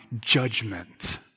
judgment